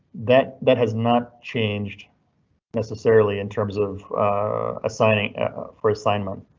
that that has not changed necessarily in terms of assigning for assignment.